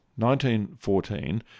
1914